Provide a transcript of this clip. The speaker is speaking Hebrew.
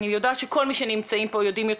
אני יודעת שכל מי שנמצאים פה יודעים,